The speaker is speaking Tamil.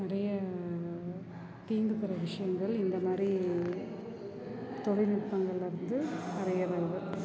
நிறைய தீங்கு தர்ற விஷயங்கள் இந்தமாதிரி தொழில்நுட்பங்கள்லருந்து நிறைய வருது